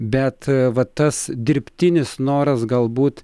bet va tas dirbtinis noras galbūt